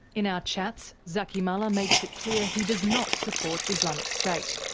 in our chats, zaky mallah makes it clear he does not support islamic state,